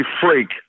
freak